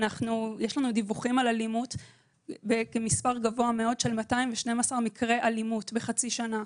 יש לנו דיווחים על מספר גבוה מאוד של 212 מקרי אלימות בחצי שנה.